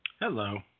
Hello